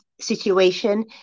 situation